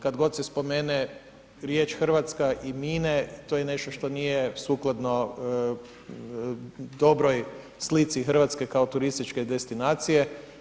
Kada god se spomene riječ Hrvatska i mine, to je nešto što nije sukladno dobroj slici Hrvatske, kao turističke destinacije.